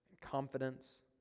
confidence